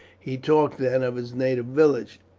he talked, then, of his native village,